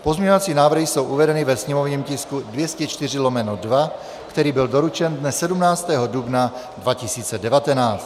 Pozměňovací návrhy jsou uvedeny ve sněmovním tisku 204/2, který byl doručen dne 17. dubna 2019.